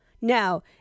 Now